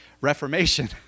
Reformation